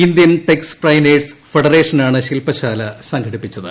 Indian ടെക്സ്പ്രെഴ്നേഴ്സ് ഫെഡറേഷനാണ് ശിൽപശാല സംഘടിപ്പിച്ചത്